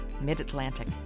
Mid-Atlantic